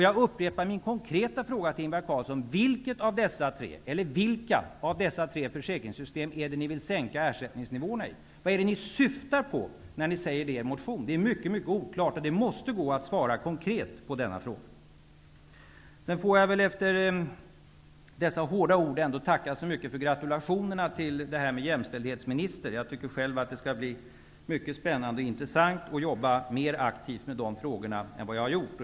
Jag upprepar min konkreta fråga till Ingvar Carlsson: I vilket eller vilka av dessa tre försäkringssystem vill ni sänka ersättningsnivåerna? Vad syftar ni på i er motion? Det är mycket oklart, och det måste gå att svara konkret på denna fråga. Efter dessa hårda ord får jag väl ändå tacka så mycket för gratulationerna med anledning av min utnämning till jämställdhetsminister. Jag tycker själv att det skall bli mycket spännande och intressant att jobba mer aktivt med de frågorna än vad jag har gjort.